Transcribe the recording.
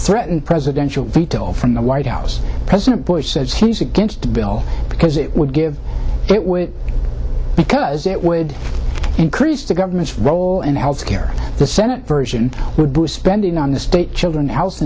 a presidential veto from the white house president bush says he's against the bill because it would give it way because it would increase the government's role in the health care the senate version would boost spending on the state children's health